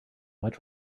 much